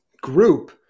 group